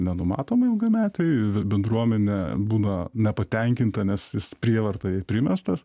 nenumatoma ilgametei bendruomenė būna nepatenkinta nes jis prievarta jai primestas